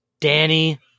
Danny